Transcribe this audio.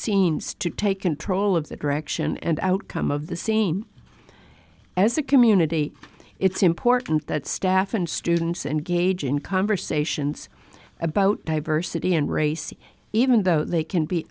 scenes to take control of the direction and outcome of the scene as a community it's important that staff and students engaged in conversations about diversity and race even though they can be